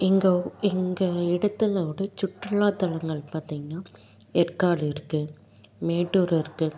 எங்கள் எங்கள் இடத்தலோடு சுற்றுலாத்தலங்கள் பார்த்தீங்கன்னா ஏற்காடு இருக்கு மேட்டூர் இருக்கு